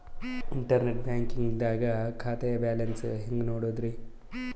Internet banking ದಾಗ ಖಾತೆಯ balance ನ ಹೆಂಗ್ ನೋಡುದ್ರಿ?